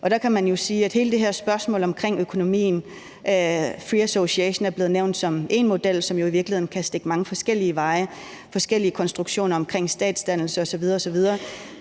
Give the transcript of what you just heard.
Og der kan man jo sige, at hele det her spørgsmål om økonomien, hvor free association er blevet nævnt som en model, i virkeligheden kan gå mange forskellige veje, og der kan være tale om forskellige konstruktioner omkring statsdannelse osv. osv.